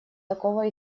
такого